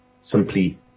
simply